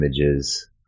images